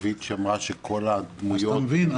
כתובית שאמרה שכל הדמויות מומצאות.